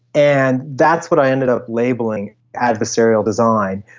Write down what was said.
and that's what i ended up labelling adversarial design,